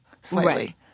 slightly